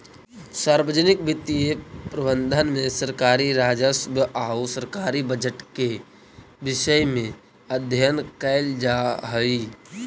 सार्वजनिक वित्तीय प्रबंधन में सरकारी राजस्व आउ सरकारी बजट के विषय में अध्ययन कैल जा हइ